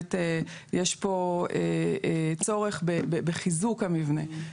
שבאמת יש פה צורך בחיזוק המבנה.